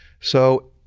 so,